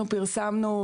אנחנו פרסמנו,